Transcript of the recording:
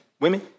women